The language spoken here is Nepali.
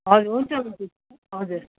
हजुर हुन्छ हुन्छ हजुर